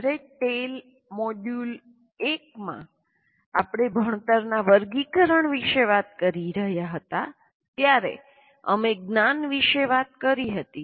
જ્યારે ટેલ મોડ્યુલ 1 માં આપણે ભણતરનાં વર્ગીકરણ વિશે વાત કરી રહ્યાં હતાં ત્યારે અમે જ્ઞાન વિશે વાત કરી હતી